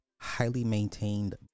highly-maintained